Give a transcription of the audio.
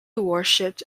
worshipped